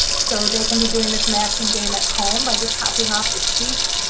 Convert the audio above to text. so they can be doing this matching game at home by just copying off the sheets.